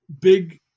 big